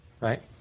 right